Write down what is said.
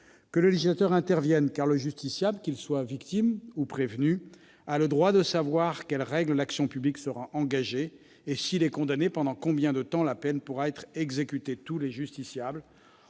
que le législateur intervienne, car le justiciable, qu'il soit victime ou prévenu, a le droit de savoir selon quelles règles l'action publique sera engagée, et, s'il est condamné, pendant combien de temps la peine pourra être exécutée. Tous les justiciables